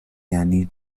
یعنی